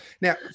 Now